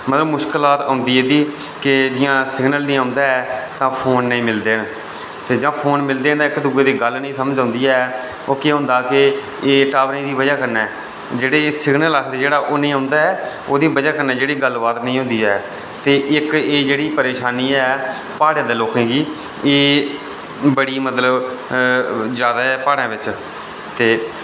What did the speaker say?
मतलब मुशकलात औंदी एह्दी केह् जि'यां सिगनल निं औंदा ऐ तां फोन नेईं मिलदे न ते जां फोन मिलदे न ते इक दूए दी गल्ल निं समझ औंदी ऐ ओह् केह् होंदा कि एह् टॉवरै दी बजह कन्नै जेह्ड़े सिगनल जेह्ड़ा ओह् नेईं औंदा ऐ ओह्दी बजह कन्नै जेह्ड़ी गल्ल बात नेईं होंदी ऐ ते इक एह् जेह्ड़ी परेशानी ऐ प्हाड़ें दे लोकें गी एह् बड़ी मतलब जैदा ऐ प्हाड़ें बिच ते